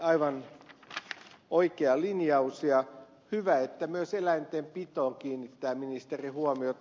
aivan oikea linjaus ja on hyvä että myös eläintenpitoon kiinnitetään ministeri huomiota